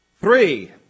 Three